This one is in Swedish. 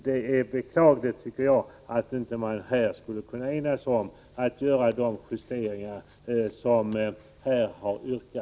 Det är beklagligt om man inte kan enas om de påyrkade justeringarna.